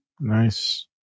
Nice